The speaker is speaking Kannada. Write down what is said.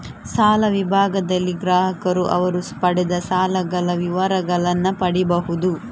ಸಾಲ ವಿಭಾಗದಲ್ಲಿ ಗ್ರಾಹಕರು ಅವರು ಪಡೆದ ಸಾಲಗಳ ವಿವರಗಳನ್ನ ಪಡೀಬಹುದು